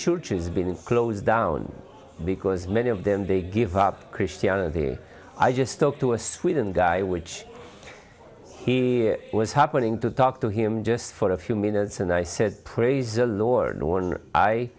churches been closed down because many of them they give up christianity i just talked to a sweden guy which he was happening to talk to him just for a few minutes and i said praise the lord